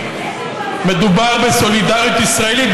מדובר בסולידריות ישראלית,